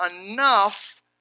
enough